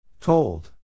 told